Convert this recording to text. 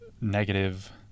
negative